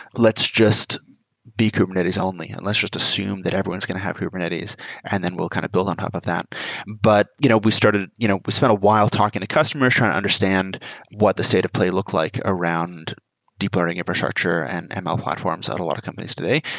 let's just be kubernetes only and let's just assume that everyone's going to have kubernetes and then we'll kind of build on top of that but you know we you know spent a while talking to customers trying to understand what the state of play look like around deep learning infrastructure and and ml platforms at a lot of companies today,